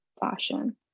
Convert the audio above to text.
fashion